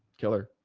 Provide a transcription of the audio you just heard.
killer.